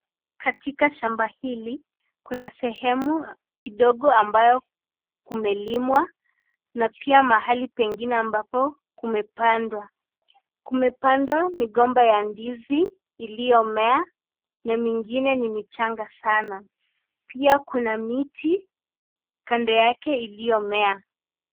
Katika shamba hili kuna sehemu kidogo ambao kumelimwa na pia mahali pengine ambapo kumepandwa ,kumepandwa migomba ya ndizi iliyomea na mingine ni michanga sana pia Kuna miti kando yake iliyomea.